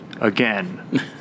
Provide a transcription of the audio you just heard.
Again